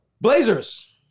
Blazers